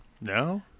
No